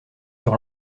sur